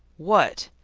what?